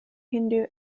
hindu